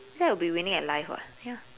that would be winning in life [what] ya